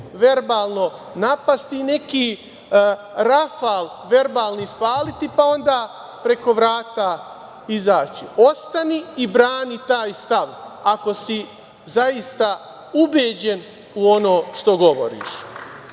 verbalno napasti, neki rafal verbalni ispaliti, pa onda preko vrata izaći. Ostani i brani taj stav, ako si zaista ubeđen u ono što govoriš. To